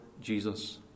Jesus